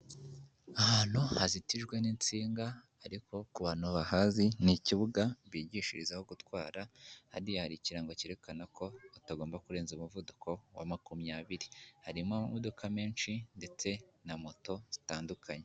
Ahantu hazitijwe n'insinga ariko ku bantu bahazi ni ikibuga bigishirizaho gutwara, hariya hari ikirango cyerekana ko batagomba kurenza umuvuduko wa makumyabiri, harimo amamodoka menshi ndetse na moto zitandukanye.